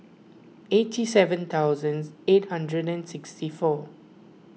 eighty seven thousands eight hundred and sixty four